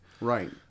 Right